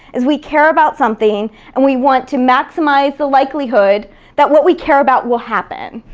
is we care about something and we want to maximize the likelihood that what we care about will happen.